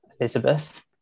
Elizabeth